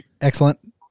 Excellent